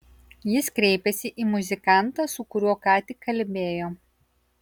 jis kreipėsi į muzikantą su kuriuo ką tik kalbėjo